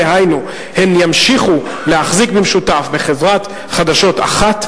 דהיינו הן ימשיכו להחזיק במשותף בחברת חדשות אחת,